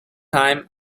time